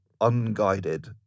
unguided